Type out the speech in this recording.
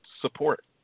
support